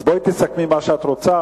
אז בואי תסכמי מה שאת רוצה,